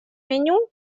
меню